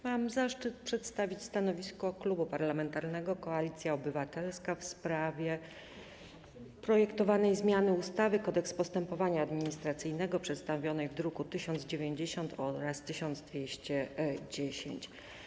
Mam zaszczyt przedstawić stanowisko Klubu Parlamentarnego Koalicja Obywatelska wobec projektowanej zmiany ustawy - Kodeks postępowania administracyjnego przedstawionej w drukach nr 1090 oraz nr 1210.